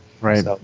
Right